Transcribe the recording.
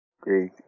Great